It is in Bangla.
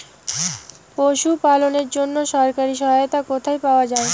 পশু পালনের জন্য সরকারি সহায়তা কোথায় পাওয়া যায়?